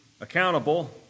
accountable